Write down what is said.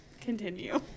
Continue